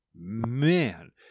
Man